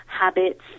habits